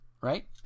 Right